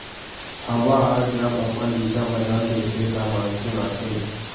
हवा ह जब अपन दिसा बदल देथे त मानसून आथे